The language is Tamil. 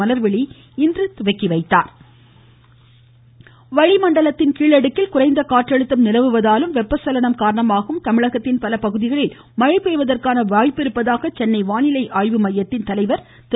மழை வாய்ஸ் வளிமண்டலத்தில் கீழடுக்கில் குறைந்த காற்றழுத்தம் நிலவுவதாலும் வெப்ப சலனம் காரணமாகவும் தமிழகத்தில் பல பகுதிகளில் மழை பெய்வதற்கான வாய்ப்பு இருப்பதாக சென்னை வானிலை ஆய்வு மையத்தின் தலைவர் திரு